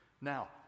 Now